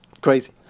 Crazy